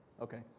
Okay